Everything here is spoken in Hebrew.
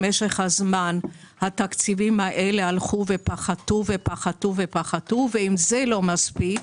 במשך הזמן התקציבים האלה הלכו ופחתו ואם זה לא מספיק,